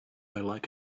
like